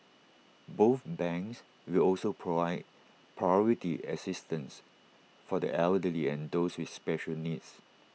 both banks will also provide priority assistance for the elderly and those with special needs